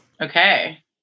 Okay